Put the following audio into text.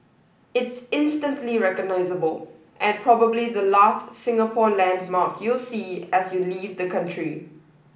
it's instantly recognisable and probably the last Singapore landmark you'll see as you leave the country